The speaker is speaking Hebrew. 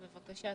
אדוני, בבקשה.